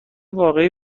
واقعی